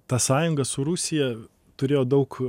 ta sąjunga su rusija turėjo daug